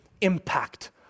impact